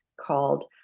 called